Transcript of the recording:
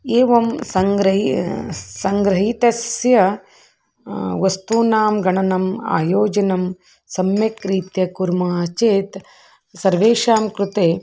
एवं सङ्ग्रहः सङ्ग्रहितस्य वस्तूनां गणनम् आयोजनं सम्यक् रीत्या कुर्मः चेत् सर्वेषां कृते